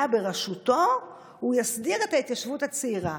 בראשותו הוא יסדיר את ההתיישבות הצעירה.